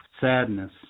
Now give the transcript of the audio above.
sadness